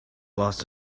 lost